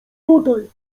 tutaj